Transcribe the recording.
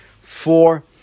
four